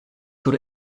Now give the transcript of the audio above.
sur